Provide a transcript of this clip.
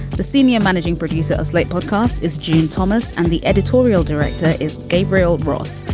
the senior managing producer slate podcast is jean thomas and the editorial director is gabriel bros.